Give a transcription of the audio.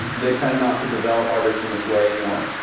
and they tend not to develop artists in this way anymore.